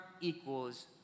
equals